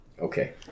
Okay